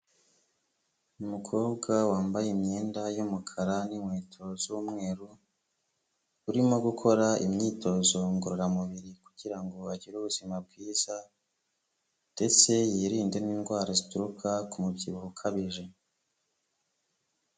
Umukobwa wambaye imyenda y'umukara n'inkweto z'umweru, urimo gukora imyitozo ngororamubiri kugira ngo agire ubuzima bwiza ndetse yirinde n'indwara zituruka ku mu byibuho ukabije.